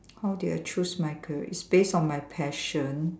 how did I choose my career it's based on my passion